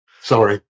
Sorry